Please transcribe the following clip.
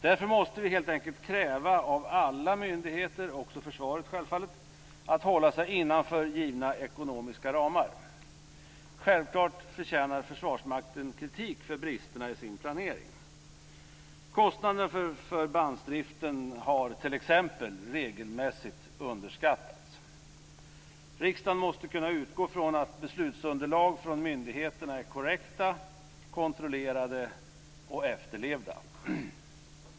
Därför måste vi helt enkelt kräva av alla myndigheter, självfallet också försvaret, att hålla sin inom givna ekonomiska ramar. Försvarsmakten förtjänar självfallet kritik för bristerna i sin planering. Kostnaderna för förbandsdriften har t.ex. regelmässigt underskattats. Riksdagen måste kunna utgå ifrån att beslutsunderlag från myndigheterna är korrekta, kontrollerade och efterlevda.